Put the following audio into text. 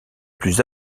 plus